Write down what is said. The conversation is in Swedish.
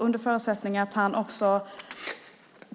Under förutsättning att han också